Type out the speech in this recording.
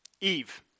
Eve